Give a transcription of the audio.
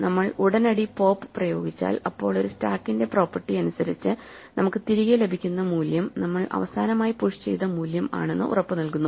നമ്മൾ ഉടനടി പോപ്പ് പ്രയോഗിച്ചാൽ അപ്പോൾ ഒരു സ്റ്റാക്കിന്റെ പ്രോപ്പർട്ടി അനുസരിച്ച് നമുക്ക് തിരികെ ലഭിക്കുന്ന മൂല്യം നമ്മൾ അവസാനമായി പുഷ് ചെയ്ത മൂല്യം ആണെന്നു ഉറപ്പുനൽകുന്നു